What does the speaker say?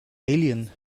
alien